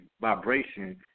vibration